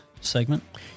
segment